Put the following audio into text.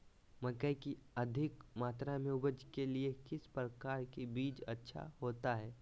मकई की अधिक मात्रा में उपज के लिए किस प्रकार की बीज अच्छा होता है?